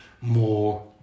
more